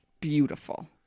beautiful